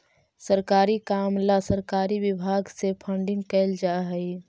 सरकारी काम ला सरकारी विभाग से फंडिंग कैल जा हई